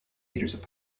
metres